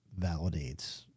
validates